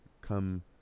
come